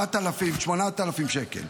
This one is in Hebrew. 7,000, 8,000 שקל.